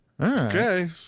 Okay